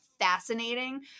fascinating